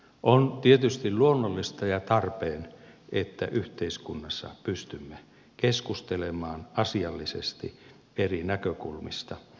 on tietysti luonnollista ja tarpeen että yhteiskunnassa pystymme keskustelemaan asiallisesti eri näkökulmista